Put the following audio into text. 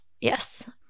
Yes